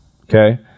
Okay